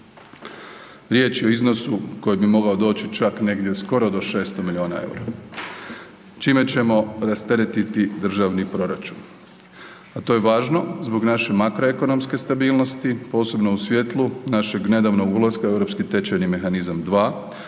Riječ je o iznosu koji bi mogao doći čak negdje skoro do 600 milijuna EUR-a, čime ćemo rasteretiti državni proračun, a to je važno zbog naše makroekonomske stabilnosti, posebno u svjetlu našeg nedavnog ulaska u Europski tečajni mehanizam 2